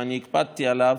ואני הקפדתי עליו: